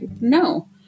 No